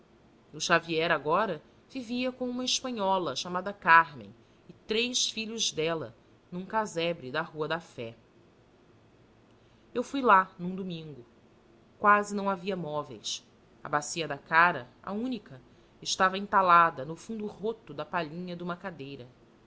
o xavier agora vivia com uma espanhola chamada cármen e três filhos dela num casebre da rua da fé eu fui lá num domingo quase não havia móveis a bacia da cara a única estava entalada no fundo roto da palhinha de uma cadeira